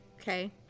Okay